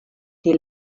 die